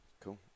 cool